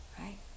right